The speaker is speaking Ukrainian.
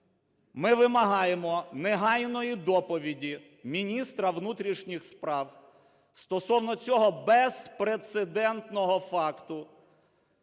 Ми вимагаємо негайної доповіді міністра внутрішніх справ стосовно цього безпрецедентного факту: